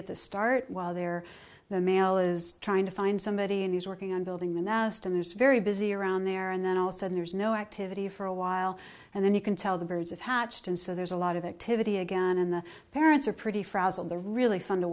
at the start while there the male is trying to find somebody and he's working on building the nest and there's very busy around there and then also there's no activity for a while and then you can tell the birds hatched and so there's a lot of activity again and the parents are pretty frazzled they're really fun to